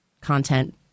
content